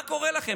מה קורה לכם?